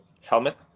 helmet